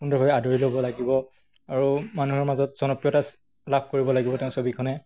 সুন্দৰভাৱে আদৰি ল'ব লাগিব আৰু মানুহৰ মাজত জনপ্ৰিয়তা লাভ কৰিব লাগিব তেওঁৰ ছবিখনে